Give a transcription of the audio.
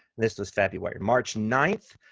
this was february. march ninth,